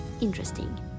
interesting